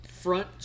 Front